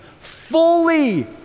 fully